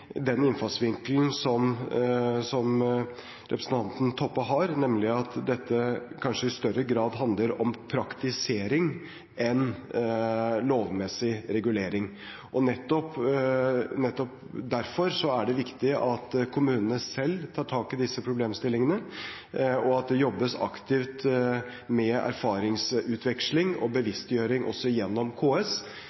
den innfallsvinkelen som representanten Toppe har, nemlig at dette kanskje i større grad handler om praktisering enn om lovmessig regulering. Nettopp derfor er det viktig at kommunene selv tar tak i disse problemstillingene, og at det jobbes aktivt med erfaringsutveksling og